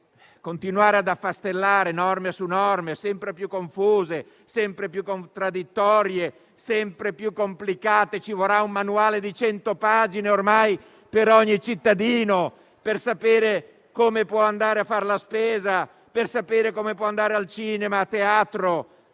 continuare ad affastellare norme su norme sempre più confuse, sempre più contraddittorie, sempre più complicate? Ci vorrà un manuale di cento pagine ormai per ogni cittadino per sapere come può andare a fare la spesa; come può andare al cinema o a teatro;